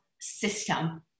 system